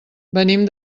venim